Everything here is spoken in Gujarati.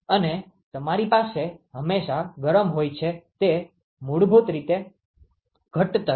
અને તમારી પાસે હંમેશા ગરમ હોઈ છે તે મૂળભૂત રીતે ઘટ્ટ તરલ છે